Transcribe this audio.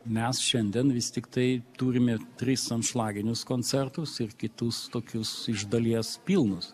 mes šiandien vis tiktai turime tris anšlaginius koncertus ir kitus tokius iš dalies pilnus